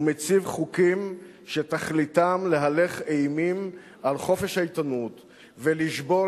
הוא מציב חוקים שתכליתם להלך אימים על חופש העיתונות ולשבור